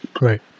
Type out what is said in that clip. Right